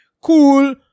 cool